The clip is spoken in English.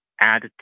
add